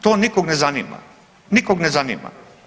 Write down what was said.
To nikog ne zanima, nikog ne zanima.